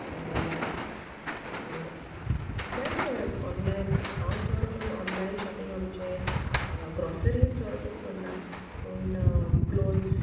आनी जायते ऑनलायन हांव चड करून ऑनलायन शॉपिंग आमचे ग्रॉसरीज चोड कोन्न करना पूण क्लोथ्स